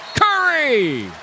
Curry